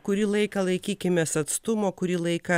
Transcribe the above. kurį laiką laikykimės atstumo kurį laiką